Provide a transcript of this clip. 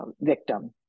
victim